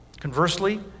conversely